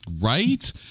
Right